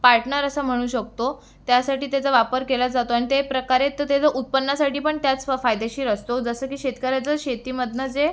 partner असं म्हणू शकतो त्यासाठी त्याचा वापर केल्या जातो आणि ते प्रकारे तर त्याचं उत्पन्नासाठी पण त्याचं तो फायदेशीर असतो जसं की शेतकऱ्याचं शेतीमधनं जे